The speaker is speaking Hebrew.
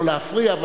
לא להפריע,